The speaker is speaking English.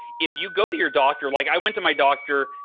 if you go to your doctor like i went to my doctor,